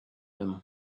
him